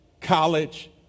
college